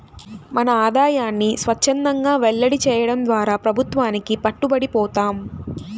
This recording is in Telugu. మన ఆదాయాన్ని స్వఛ్చందంగా వెల్లడి చేయడం ద్వారా ప్రభుత్వానికి పట్టుబడి పోతాం